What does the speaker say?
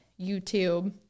YouTube